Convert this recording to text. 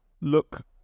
look